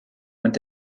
und